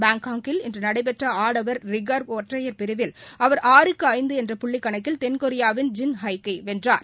பாங்காக்கில் இன்றுநடைபெற்றஆடவர் ரிகர்வ் ஒற்றையர் பிரிவில் அவர் ஆறுக்குஐந்துஎன்ற புள்ளிக் கணக்கில் தென் கொரியாவின் ஜின் ஹைக்கைவென்றார்